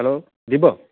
hello Divya